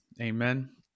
Amen